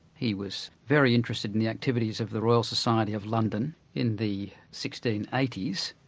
he was very interested in the activities of the royal society of london in the sixteen eighty s,